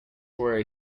were